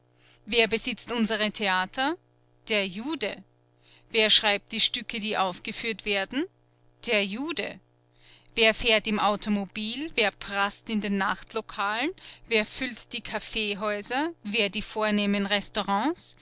wer besitzt unsere theater der jude wer schreibt die stücke die aufgeführt werden der jude wer fährt im automobil wer praßt in den nachtlokalen wer füllt die kaffeehäuser wer die vornehmen restaurants